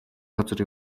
газар